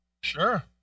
Sure